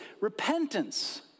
repentance